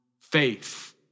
faith